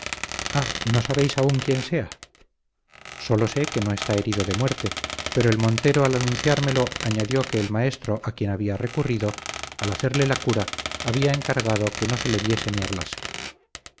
no sabéis aún quién sea sólo sé que no está herido de muerte pero el montero al anunciármelo añadió que el maestro a quien había recurrido al hacerle la cura había encargado que no se le viese ni hablase